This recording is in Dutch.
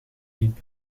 liep